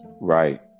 Right